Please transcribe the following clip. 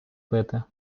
пити